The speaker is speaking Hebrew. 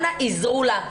אנא עזרו לה".